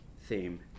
theme